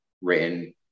written